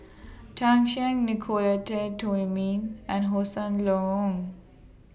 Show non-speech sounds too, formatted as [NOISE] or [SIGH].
[NOISE] Tan Shen Nicolette Teo Wei Min and Hossan Leong